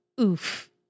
oof